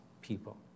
people